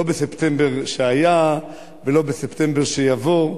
לא בספטמבר שהיה ולא בספטמבר שיבוא,